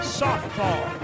softball